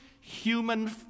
human